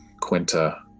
Quinta